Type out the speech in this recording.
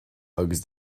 agus